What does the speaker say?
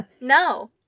No